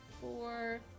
four